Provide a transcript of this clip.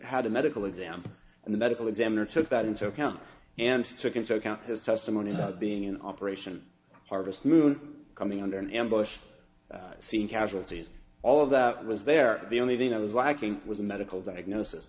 had a medical exam and the medical examiner took that into account and took into account his testimony that being in operation harvest moon coming under an ambush scene casualties all of that was there the only thing that was lacking was a medical diagnosis